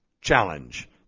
challenge